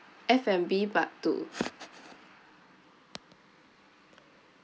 F&B part two